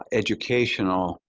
ah educational